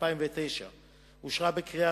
ארצית וקובעים בה